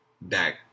back